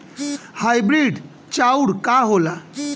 Hybrid चाउर का होला?